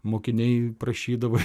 mokiniai prašydavo